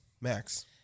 Max